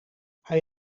hij